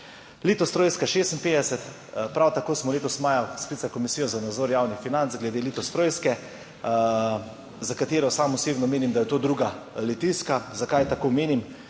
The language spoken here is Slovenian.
Litostrojska 56. Prav tako smo letos maja sklicali Komisijo za nadzor javnih financ glede Litostrojske, za katero sam osebno menim, da je to druga Litijska. Zakaj tako menim?